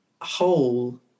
whole